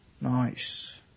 Nice